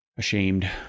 ashamed